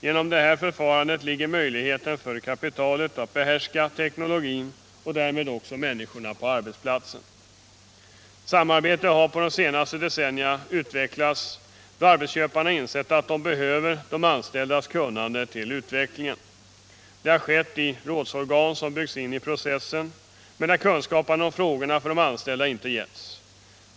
Genom det förfarandet blir det möjligt för kapitalet att behärska teknologin och därmed också människorna på arbetsplatserna. Samarbetet har under de senaste decennierna utvecklats, då arbetsköparna insett att de behöver de anställdas kunnande för utvecklingen. Detta har skett i rådsorgan som byggts in i processen men där kunskaper om frågorna för de anställda inte getts.